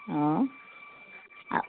অ